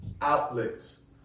outlets